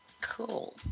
Cool